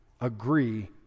agree